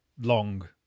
long